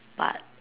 but